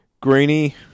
Greeny